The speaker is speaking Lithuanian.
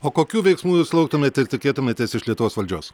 o kokių veiksmų jūs lauktumėte tikėtumėtės iš lietuvos valdžios